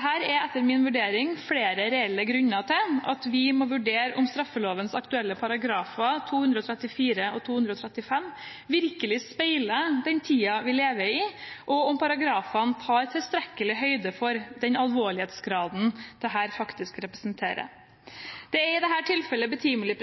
er etter min vurdering flere reelle grunner til at vi må vurdere om straffelovens aktuelle paragrafer – 234 og 235 – virkelig speiler den tiden vi lever i, og om paragrafene tar tilstrekkelig høyde for den alvorlighetsgraden dette faktisk representerer. Det er i dette tilfellet betimelig